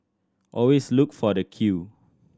always look for the queue